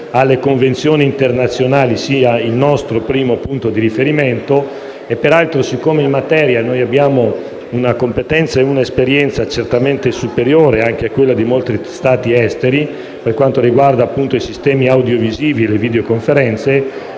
alle convenzioni internazionali, sia il nostro primo punto di orientamento. Peraltro, siccome in materia abbiamo una competenza e un'esperienza certamente superiori a quelle di molti Stati esteri per quanto riguarda i sistemi audiovisivi e le videoconferenze,